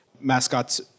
Mascots